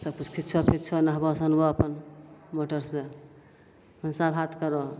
सबकिछु खिचऽ नहबऽ सोनबऽ अपन मोटरसे भनसाभात करऽ